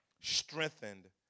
strengthened